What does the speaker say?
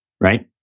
right